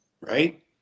right